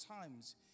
times